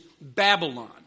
Babylon